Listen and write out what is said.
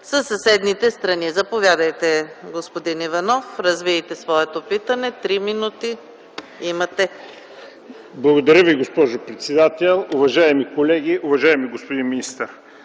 със съседните страни. Заповядайте, господин Иванов. Развийте своето питане. ИВАН Н. ИВАНОВ (СК): Благодаря Ви, госпожо председател. Уважаеми колеги, уважаеми господин министър!